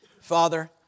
Father